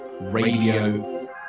radio